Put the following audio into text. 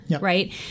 right